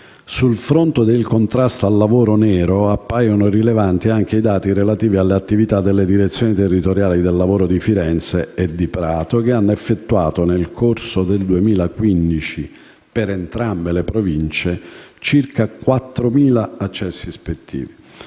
Sul fronte del contrasto al lavoro nero, appaiono rilevanti anche i dati relativi alle attività delle direzioni territoriali del lavoro di Firenze e di Prato, che hanno effettuato, nel corso del 2015, per entrambe le Province, circa 4.000 accessi ispettivi.